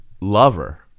lover